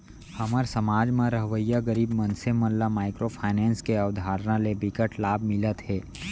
हमर समाज म रहवइया गरीब मनसे मन ल माइक्रो फाइनेंस के अवधारना ले बिकट लाभ मिलत हे